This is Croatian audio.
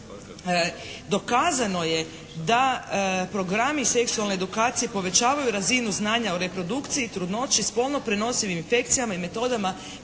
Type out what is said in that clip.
Dokazano je da Programi seksualni edukacije povećavaju razinu znanja o reprodukciji, trudnoći, spolno prenosivim infekcijama i metodama